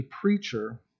preacher